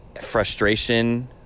frustration